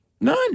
None